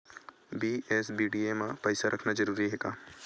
BSBDA मा पईसा रखना जरूरी हे का?